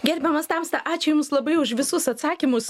gerbiamas tamsta ačiū jums labai už visus atsakymus